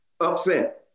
upset